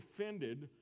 offended